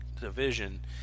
division